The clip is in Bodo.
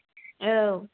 औ